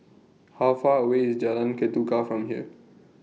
How Far away IS Jalan Ketuka from here